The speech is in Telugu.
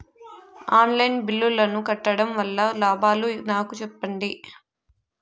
ఆన్ లైను బిల్లుల ను కట్టడం వల్ల లాభాలు నాకు సెప్పండి?